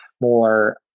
more